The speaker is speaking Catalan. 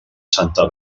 santa